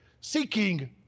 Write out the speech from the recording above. seeking